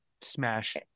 smash